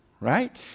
right